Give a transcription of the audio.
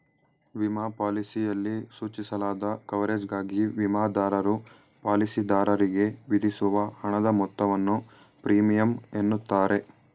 ವಿಮಾ ಪಾಲಿಸಿಯಲ್ಲಿ ಸೂಚಿಸಲಾದ ಕವರೇಜ್ಗಾಗಿ ವಿಮಾದಾರರು ಪಾಲಿಸಿದಾರರಿಗೆ ವಿಧಿಸುವ ಹಣದ ಮೊತ್ತವನ್ನು ಪ್ರೀಮಿಯಂ ಎನ್ನುತ್ತಾರೆ